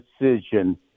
decision